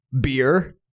Beer